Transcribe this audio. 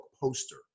poster